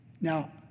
Now